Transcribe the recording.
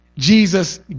Jesus